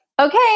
okay